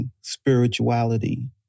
spirituality